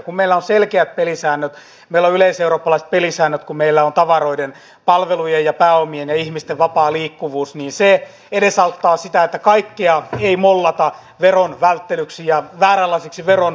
kun meillä on selkeät pelisäännöt meillä on yleiseurooppalaiset pelisäännöt kun meillä on tavaroiden palvelujen ja pääomien ja ihmisten vapaa liikkuvuus niin se edesauttaa sitä että kaikkea ei mollata veronvälttelyksi ja vääränlaiseksi verontorjunnaksi